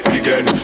again